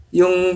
yung